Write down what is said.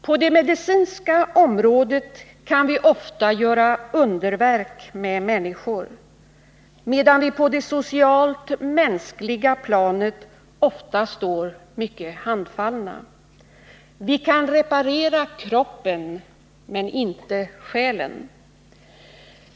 På det medicinska området kan vi ofta göra underverk med människor, medan vi på det socialt mänskliga planet ofta står handfallna. Vi kan reparera kroppen men inte själen.